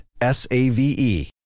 S-A-V-E